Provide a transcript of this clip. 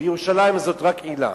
וירושלים זאת רק עילה.